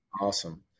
Awesome